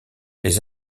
les